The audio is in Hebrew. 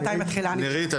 נרית,